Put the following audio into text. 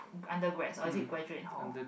undergrads or is it graduate hall